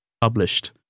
published